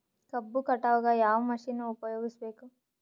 ಕಬ್ಬು ಕಟಾವಗ ಯಾವ ಮಷಿನ್ ಉಪಯೋಗಿಸಬೇಕು?